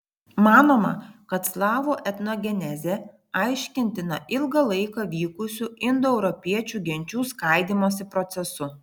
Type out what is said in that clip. manoma kad slavų etnogenezė aiškintina ilgą laiką vykusiu indoeuropiečių genčių skaidymosi procesu